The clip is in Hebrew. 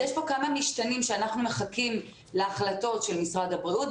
יש כאן כמה משתנים שאנחנו מחכים להחלטות של משרד הבריאות.